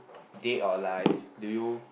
dead or alive do you